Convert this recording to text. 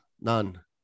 none